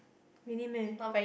really meh